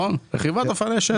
רכיבת אופני שטח.